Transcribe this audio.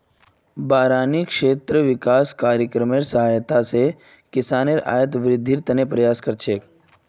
बारानी क्षेत्र विकास कार्यक्रमेर सहायता स किसानेर आइत वृद्धिर त न प्रयास कर छेक